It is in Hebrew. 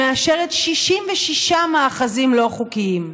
שמאשרת 66 מאחזים לא חוקיים.